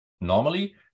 normally